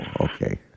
okay